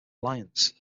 alliance